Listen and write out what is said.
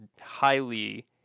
highly